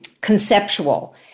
conceptual